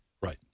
Right